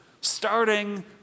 starting